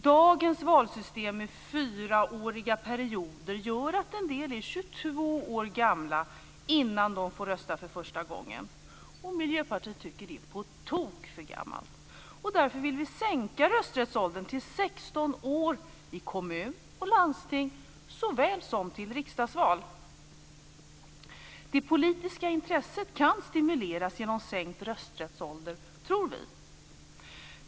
Dagens valsystem med fyraåriga perioder gör att en del är 22 år gamla innan de får rösta för första gången. Miljöpartiet tycker att det är på tok för gammalt. Därför vill vi sänka rösträttsåldern till 16 år såväl i kommunval och landstingsval som i riksdagsval. Vi tror att det politiska intresset kan stimuleras genom sänkt rösträttsålder.